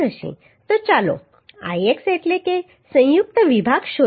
તો ચાલો Ix એટલે કે સંયુક્ત વિભાગ શોધીએ